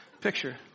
picture